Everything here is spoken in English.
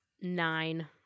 nine